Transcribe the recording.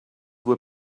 were